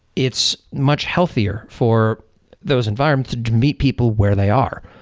it's much healthier for those environments to meet people where they are.